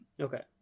Okay